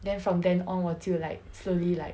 then from then on 我就 like slowly like